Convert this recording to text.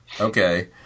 Okay